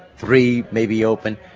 three maybe open.